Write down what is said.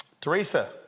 Teresa